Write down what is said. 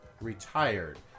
retired